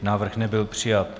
Návrh nebyl přijat.